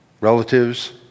relatives